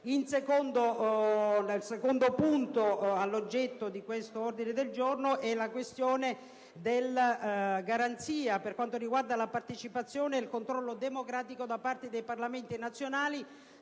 Il secondo punto oggetto dell'ordine del giorno è la questione della garanzia per quanto riguarda la partecipazione ed il controllo democratico da parte dei Parlamenti nazionali,